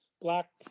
black